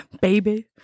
baby